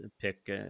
pick